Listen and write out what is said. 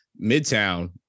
Midtown